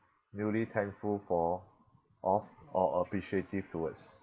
newly thankful for of or appreciative towards